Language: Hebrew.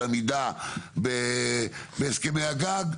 זה עמידה בהסכמי הגג,